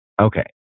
okay